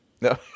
no